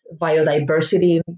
biodiversity